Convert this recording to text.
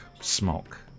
smock